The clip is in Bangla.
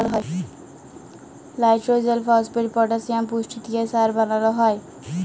লাইট্রজেল, ফসফেট, পটাসিয়াম পুষ্টি দিঁয়ে সার বালাল হ্যয়